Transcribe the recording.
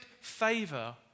favor